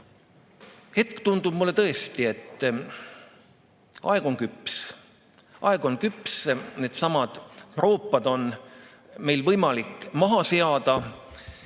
hetkel tundub mulle tõesti, et aeg on küps. Aeg on küps, needsamad rööpad on meil võimalik maha seada.